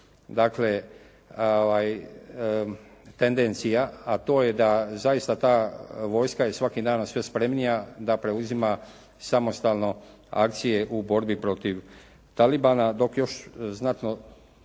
dakle, tendencija a to je da zaista ta vojska je svaki dan sve spremnija, da preuzima samostalno akcije u borbi protiv talibana. Dok još znatno